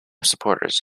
supporters